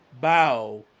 bow